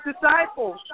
disciples